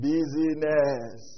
Busyness